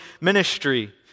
ministry